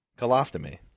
Colostomy